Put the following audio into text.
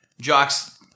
Jocks